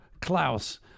Klaus